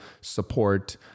support